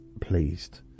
pleased